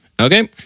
Okay